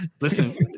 Listen